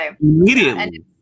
Immediately